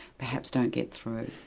perhaps don't get through?